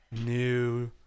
new